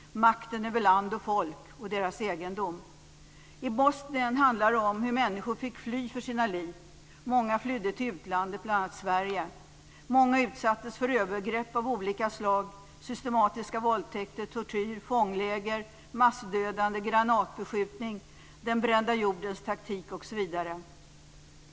Makten över land och folk och dess egendom. I Bosnien handlade det om hur människor fick fly för sina liv. Många flydde till utlandet, bl.a. till Sverige. Många utsattes för övergrepp av olika slag: systematiska våldtäkter, tortyr, fångläger, massdödande, granatbeskjutning, den brända jordens taktik, osv.